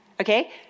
Okay